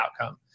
outcome